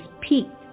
peaked